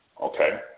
okay